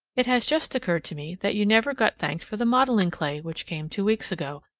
it has just occurred to me that you never got thanked for the modeling clay which came two weeks ago,